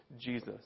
Jesus